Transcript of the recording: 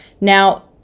Now